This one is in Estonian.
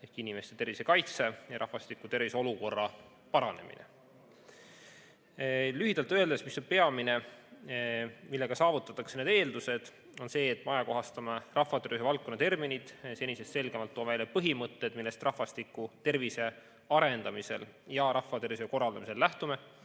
ehk inimeste tervise kaitse ja rahvastiku tervise olukorra paranemine. Lühidalt öeldes, mis on peamine, millega need eeldused saavutatakse? Esiteks see, et me ajakohastame rahvatervishoiu valdkonna terminid, toome senisest selgemalt välja põhimõtted, millest rahvastiku tervise arendamisel ja rahvatervishoiu korraldamisel lähtume.